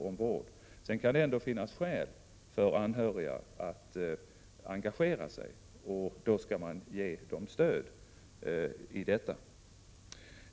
Därutöver kan det ändå finnas skäl för anhöriga att engagera sig, och då skall man ge dem stöd i detta arbete.